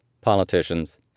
politicians